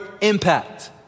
impact